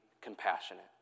compassionate